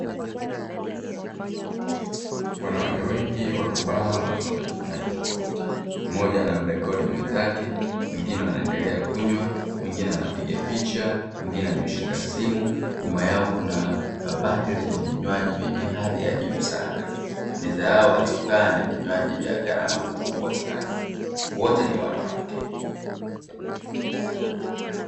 Wanawake wengi wapo baa wanapata vinywaji tofauti. Mmoja anamrekodi mwenzake, wengine wanaendelea kunywa, mwingine anapiga picha, mwingine ameshika simu. Nyuma yao kuna kabati lenye vinywaji vyenye hadhi ya juu sana. Meza yao waliokaa ina vinywaji vya gharama kubwa sana. Wote ni wanawake.